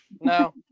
No